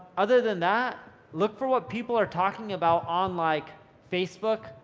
other than that look for what people are talking about on like facebook,